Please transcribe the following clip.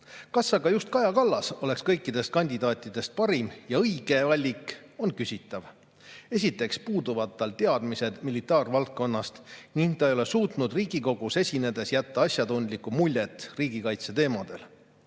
Kas aga just Kaja Kallas oleks kõikidest kandidaatidest parim ja õige valik, on küsitav. Esiteks puuduvad tal teadmised militaarvaldkonnast ning ta ei ole suutnud Riigikogus esinedes jätta asjatundlikku muljet riigikaitseteemadel.